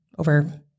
Over